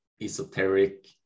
esoteric